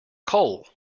cole